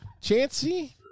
chancy